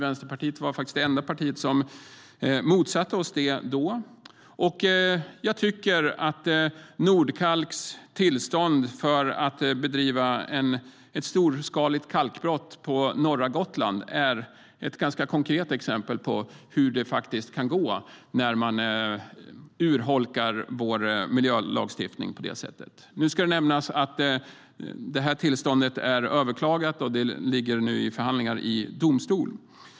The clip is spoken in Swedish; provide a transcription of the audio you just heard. Vänsterpartiet var faktiskt det enda partiet som motsatte sig det då. Jag tycker att Nordkalks tillstånd för att bedriva storskaligt kalkbrott på norra Gotland är ett ganska konkret exempel på hur det kan gå när vår miljölagstiftning urholkas på det sättet. Nu ska det nämnas att det tillståndet är överklagat och ligger i förhandlingar i domstol.